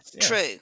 true